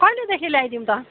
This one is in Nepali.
कहिलेदेखि ल्याइदिउँ त